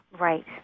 Right